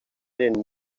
eren